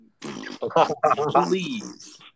Please